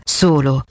solo